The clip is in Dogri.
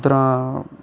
तरहां